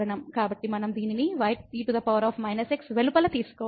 కాబట్టి మనం దీనిని ye−x వెలుపల తీసుకోవచ్చు